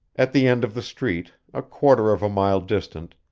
at the end of the street, a quarter of a mile distant,